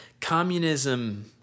communism